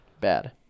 Bad